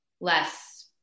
less